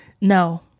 no